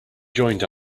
joined